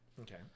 Okay